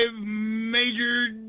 major